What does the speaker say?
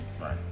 Right